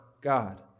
God